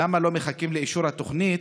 2. למה לא מחכים לאישור התוכנית,